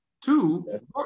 Two